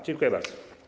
Dziękuję bardzo.